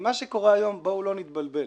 ומה שקורה היום, בואו לא נתבלבל.